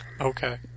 Okay